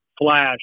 Flash